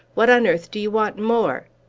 what on earth do you want more?